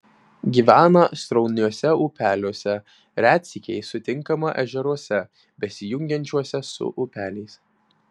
gyvena srauniuose upeliuose retsykiais sutinkama ežeruose besijungiančiuose su upeliais